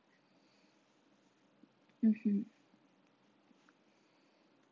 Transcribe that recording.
mmhmm